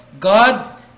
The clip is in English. God